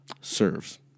Serves